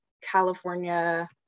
California